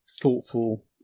thoughtful